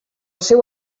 seu